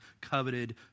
coveted